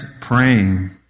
praying